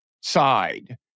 side